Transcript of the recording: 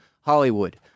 Hollywood